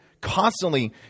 constantly